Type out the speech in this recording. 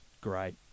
great